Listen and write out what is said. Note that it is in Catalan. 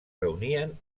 reunien